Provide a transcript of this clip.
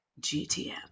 GTM